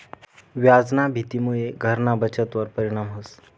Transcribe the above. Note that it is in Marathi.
व्याजना भीतीमुये घरना बचतवर परिणाम व्हस